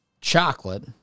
chocolate